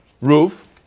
roof